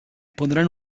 pondrán